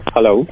Hello